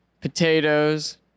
Potatoes